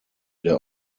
der